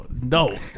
No